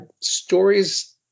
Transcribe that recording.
stories